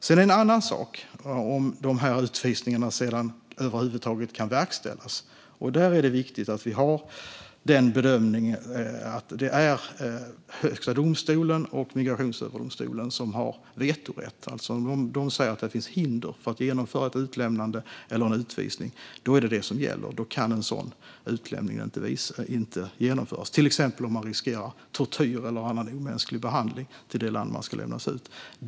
En annan sak är om de här utvisningarna över huvud taget kan verkställas. Där är det viktigt att det är Högsta domstolen och Migrationsöverdomstolen som har vetorätt. Om de säger att det finns hinder för att genomföra ett utlämnande eller en utvisning, då är det det som gäller. Då kan en sådan utlämning inte genomföras. Det gäller till exempel om man riskerar tortyr eller annan omänsklig behandling i det land som man ska utlämnas till.